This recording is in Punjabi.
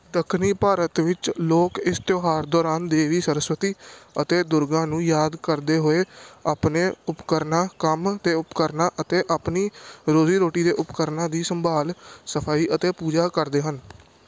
ਦੱਖਣੀ ਭਾਰਤ ਵਿੱਚ ਲੋਕ ਇਸ ਤਿਉਹਾਰ ਦੌਰਾਨ ਦੇਵੀ ਸਰਸਵਤੀ ਅਤੇ ਦੁਰਗਾ ਨੂੰ ਯਾਦ ਕਰਦੇ ਹੋਏ ਆਪਣੇ ਉਪਕਰਨਾਂ ਕੰਮ ਅਤੇ ਉਪਕਰਨਾਂ ਅਤੇ ਆਪਣੀ ਰੋਜ਼ੀ ਰੋਟੀ ਦੇ ਉਪਕਰਨਾਂ ਦੀ ਸੰਭਾਲ ਸਫ਼ਾਈ ਅਤੇ ਪੂਜਾ ਕਰਦੇ ਹਨ